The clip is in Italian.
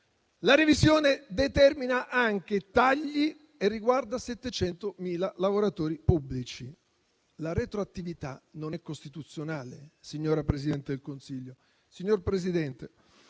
La revisione determina anche tagli e riguarda 700.000 lavoratori pubblici. La retroattività non è costituzionale, signora Presidente del Consiglio.